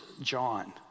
John